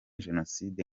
jenoside